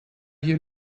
you